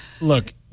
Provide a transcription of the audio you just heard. Look